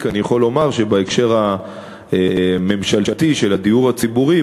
אני יכול לומר שבהקשר הממשלתי של הדיור הציבורי,